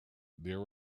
there